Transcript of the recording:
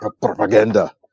propaganda